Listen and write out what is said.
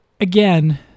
again